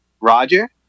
Roger